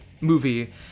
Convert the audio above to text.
Movie